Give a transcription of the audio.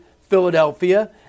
Philadelphia